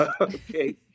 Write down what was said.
Okay